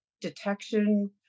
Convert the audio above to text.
detection